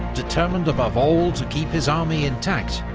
determined above all to keep his army intact,